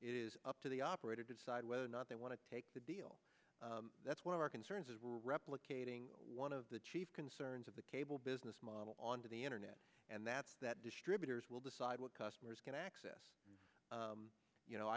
it is up to the operator decide whether or not they want to take the deal that's one of our concerns is replicating one of the chief concerns of the cable business model onto the internet and that's that distributors will decide what customers can access you know